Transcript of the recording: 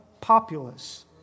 populace